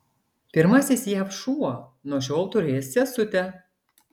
pirmasis jav šuo nuo šiol turės sesutę